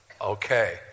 okay